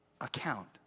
account